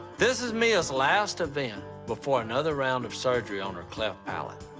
this is mia's last event before another round of surgery on her cleft palate,